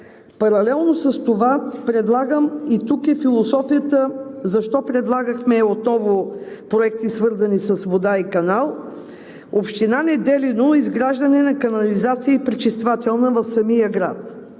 Паралелно с това предлагам и философията защо предлагахме отново проекти, свързани с вода и канал, в община Неделино за изграждане на канализация и пречиствателна станция в самия град.